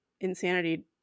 insanity